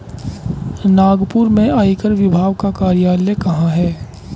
नागपुर में आयकर विभाग का कार्यालय कहाँ है?